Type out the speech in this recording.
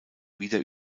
wieder